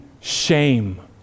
shame